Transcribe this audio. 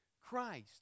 Christ